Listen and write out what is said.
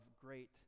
great